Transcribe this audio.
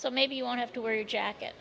so maybe you won't have to wear your jacket